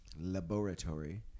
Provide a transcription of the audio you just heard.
Laboratory